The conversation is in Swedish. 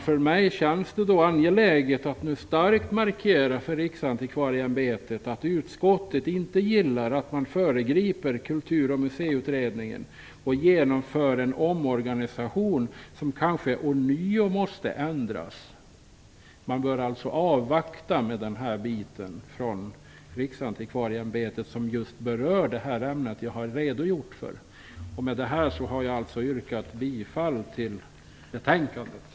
För mig känns det angeläget att starkt markera för Riksantikvarieämbetet att utskottet inte gillar att man föregriper Kultur och Museiutredningen och genomför en omorganisation som kanske ånyo måste ändras. Riksantikvarieämbetet bör alltså avvakta med den bit som berör det ämne jag har redogjort för. Med detta har jag yrkat bifall till hemställan i betänkandet.